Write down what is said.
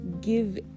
give